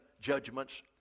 judgments